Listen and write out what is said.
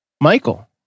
Michael